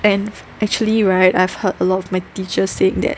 and actually right I have heard a lot of my teacher saying that